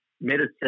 medicine